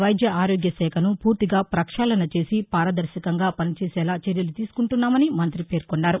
వైద్య ఆరోగ్య శాఖను పూర్తిగా పక్షాళన చేసి పారదర్శకంగా పని చేసేలా చర్యలు తీసుకుంటున్నామని మంతి పేర్కొన్నారు